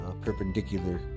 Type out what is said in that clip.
perpendicular